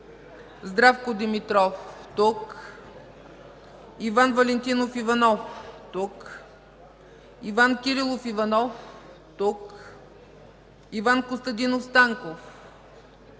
Димитров Димитров - тук Иван Валентинов Иванов - тук Иван Кирилов Иванов - тук Иван Костадинов Станков -